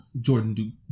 Jordan